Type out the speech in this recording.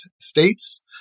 states